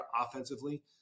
offensively